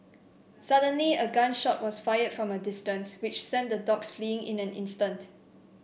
suddenly a gun shot was fired from a distance which sent the dogs fleeing in an instant